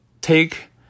take